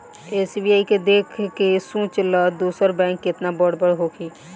SBI के देख के सोच ल दोसर बैंक केतना बड़ बड़ होखी